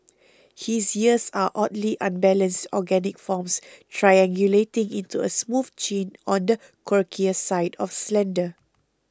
his ears are oddly unbalanced organic forms triangulating into a smooth chin on the quirkier side of slender